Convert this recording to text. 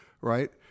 right